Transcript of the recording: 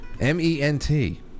M-E-N-T